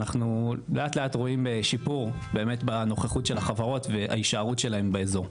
אנחנו לאט לאט רואים שיפור בנוכחות של החברות וההישארות שלהם באזור.